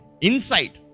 Insight